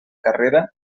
carrera